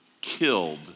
killed